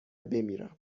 بمیرم